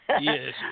yes